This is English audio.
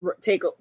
take